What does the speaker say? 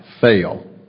fail